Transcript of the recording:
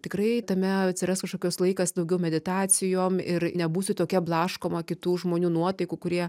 tikrai tame atsiras kažkokios laikas daugiau meditacijom ir nebūsiu tokia blaškoma kitų žmonių nuotaikų kurie